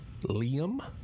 Liam